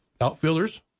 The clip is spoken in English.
Outfielders